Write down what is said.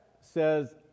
says